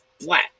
flat